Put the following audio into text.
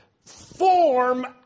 form